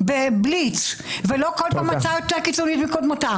בבליץ ולא כל פעם הצעה יותר קיצונית מקודמתה.